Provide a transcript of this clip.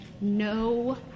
no